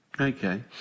Okay